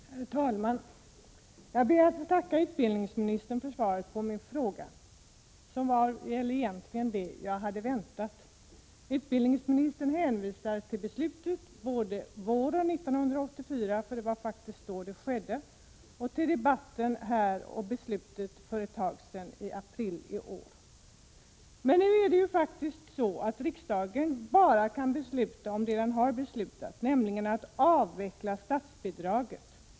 Herr talman! Jag ber att få tacka utbildningsministern för svaret på min fråga, vilket egentligen var det som jag hade väntat. Utbildningsministern hänvisar till beslutet både våren 1984 — för det var faktiskt då det skedde — och till debatten och beslutet här i april i år. Men nu är det faktiskt så, att riksdagen bara kan besluta om det som den har beslutat om, nämligen om en avveckling av statsbidraget.